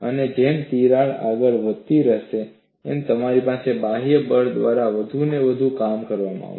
અને જેમ જેમ તિરાડ આગળ વધી રહી છે તમારી પાસે બાહ્ય બળ દ્વારા વધુ ને વધુ કામ કરવામાં આવશે